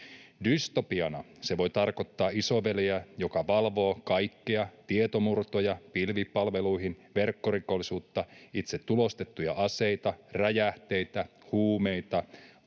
Dystopiana se voi tarkoittaa isoveljeä, joka valvoo kaikkea, tietomurtoja pilvipalveluihin, verkkorikollisuutta, itse tulostettuja aseita, räjähteitä, huumeita